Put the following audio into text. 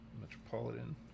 Metropolitan